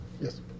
Yes